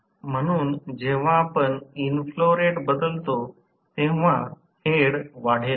म्हणून जेव्हा आपण इनफ्लो रेट बदलतो तेव्हा हेड वाढेल